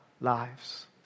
lives